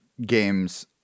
games